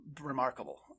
remarkable